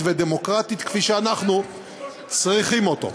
ודמוקרטית כפי שאנחנו צריכים אותה.